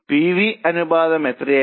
PV അനുപാതം എത്രയായിരുന്നു